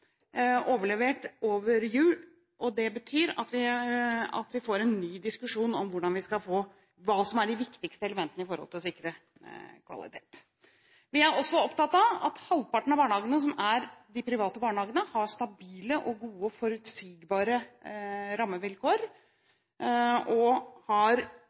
overlevert over jul, og det betyr at vi får en ny diskusjon om hva som er de viktigste elementene for å sikre kvalitet. Vi er også opptatt av at halvparten av barnehagene, som er de private barnehagene, har stabile, gode og forutsigbare rammevilkår. Vi har